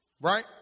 Right